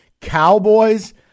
Cowboys